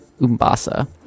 Umbasa